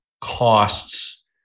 costs